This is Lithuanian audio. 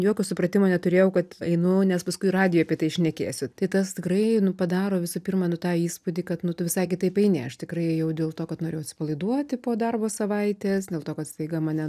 jokio supratimo neturėjau kad einu nes paskui radijuj apie tai šnekėsiu tai tas tikrai nu padaro visų pirma nu tą įspūdį kad nu tu visai kitaip eini aš tikrai ėjau dėl to kad norėjau atsipalaiduoti po darbo savaitės dėl to kad staiga mane